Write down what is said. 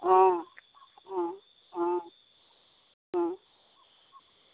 অ অ অ অ